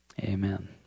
amen